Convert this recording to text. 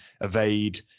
evade